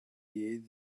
llei